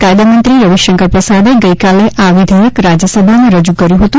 કાયદામંત્રી રવિશંકર પ્રસાદે ગઇકાલે આ વિધેયક રાજ્યસભામાં રજૂ કર્યું હતું